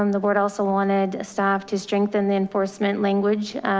um the board also wanted staff to strengthen the enforcement language,